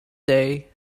day